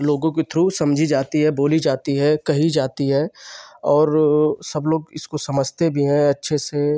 लोगों के थ्रू समझी जाती है बोली जाती है कही जाती है और सब लोग इसको समझते भी हैं अच्छे से